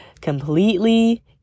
completely